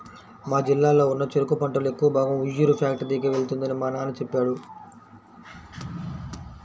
మా జిల్లాలో ఉన్న చెరుకు పంటలో ఎక్కువ భాగం ఉయ్యూరు ఫ్యాక్టరీకే వెళ్తుందని మా నాన్న చెప్పాడు